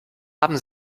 haben